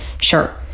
sure